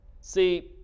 See